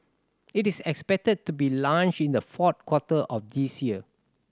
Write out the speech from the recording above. it is expected to be launched in the fourth quarter of this year